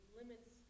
limits